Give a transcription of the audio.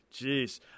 jeez